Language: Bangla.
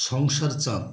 সংসারচাঁদ